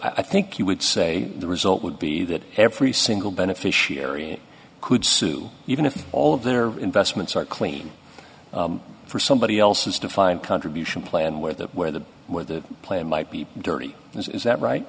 i think you would say the result would be that every single beneficiary and could sue even if all of their investments are clean for somebody else as defined contribution plan where the where the where the plane might be dirty is that right